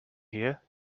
here